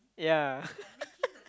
yeah